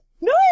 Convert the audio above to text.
no